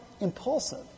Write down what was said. impulsive